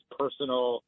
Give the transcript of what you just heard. personal